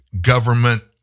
government